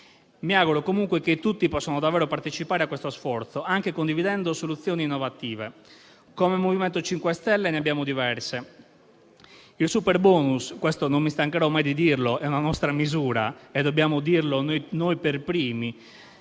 Mi auguro comunque che tutti possano davvero partecipare a questo sforzo, anche condividendo soluzioni innovative. Come MoVimento 5 Stelle ne abbiamo diverse: il superbonus, non mi stancherò mai di dirlo, è una nostra misura e dobbiamo dirlo noi per primi.